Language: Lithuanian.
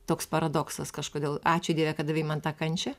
toks paradoksas kažkodėl ačiū dieve kad davei man tą kančią